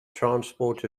transport